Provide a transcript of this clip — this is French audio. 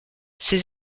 ses